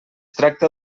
tracta